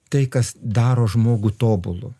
tai kas daro žmogų tobulu